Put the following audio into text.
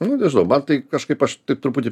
nu nežinau man tai kažkaip aš taip truputį